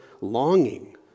longing